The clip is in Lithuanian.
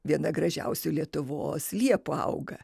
viena gražiausių lietuvos liepų auga